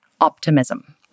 optimism